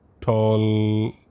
tall